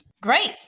great